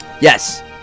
Yes